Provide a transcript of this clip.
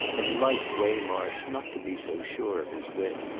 have liked waymarsh not to be so sure of his wit.